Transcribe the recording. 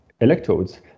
electrodes